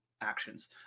actions